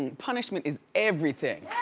and punishment is everything.